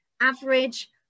average